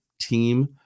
team